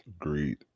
Agreed